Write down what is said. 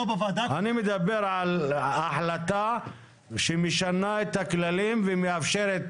אני מדבר על החלטה שמשנה את הכללים ומאפשרת